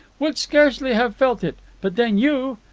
would scarcely have felt it. but then you,